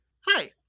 Hi